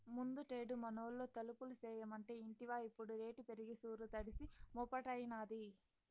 ముందుటేడు మనూళ్లో తలుపులు చేయమంటే ఇంటివా ఇప్పుడు రేటు పెరిగి సూరు తడిసి మోపెడైనాది